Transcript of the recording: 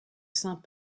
saint